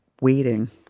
waiting